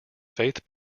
faith